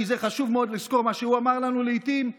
כי חשוב מאוד לזכור מה שהוא אמר לנו לעיתים,